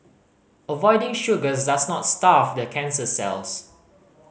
avoiding sugars does not starve the cancer cells